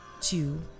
two